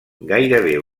gairebé